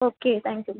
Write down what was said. okay thank you ma'am